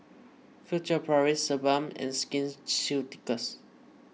Furtere Paris Sebamed and Skin Ceuticals